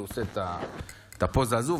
הוא עושה את הפוזה הזו,